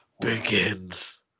begins